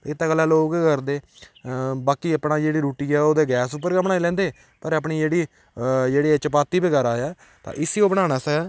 इत्त गल्ला लक केह् करदे बाकी अपना जेह्ड़ी रुट्टी ऐ ओह् ते गैस उप्पर गै बनाई लैंदे पर अपनी जेह्ड़ी जेह्ड़ी चपाती बगैरा ऐ तां इसी ओह् बनाने आस्तै